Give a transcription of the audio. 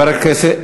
תודה רבה.